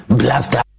blaster